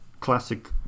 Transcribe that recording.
classic